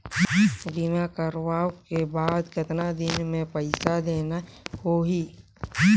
बीमा करवाओ के बाद कतना दिन मे पइसा देना हो ही?